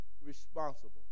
responsible